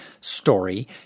story –